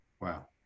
Wow